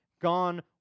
gone